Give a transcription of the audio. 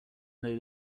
though